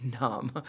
numb